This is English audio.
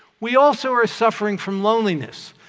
we also are suffering from loneliness.